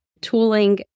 tooling